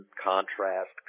contrast